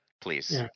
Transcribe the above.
please